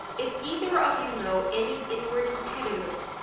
if either of you know any inward impediment,